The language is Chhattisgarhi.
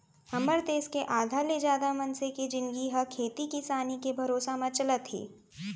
हमर देस के आधा ले जादा मनसे के जिनगी ह खेती किसानी के भरोसा म चलत हे